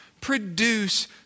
produce